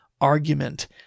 argument